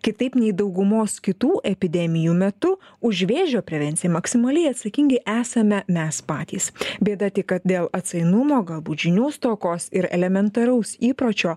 kitaip nei daugumos kitų epidemijų metu už vėžio prevenciją maksimaliai atsakingi esame mes patys bėda tik kad dėl atsainumo galbūt žinių stokos ir elementaraus įpročio